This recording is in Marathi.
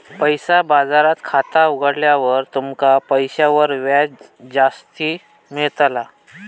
पैसा बाजारात खाता उघडल्यार तुमका पैशांवर व्याज जास्ती मेळताला